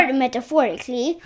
metaphorically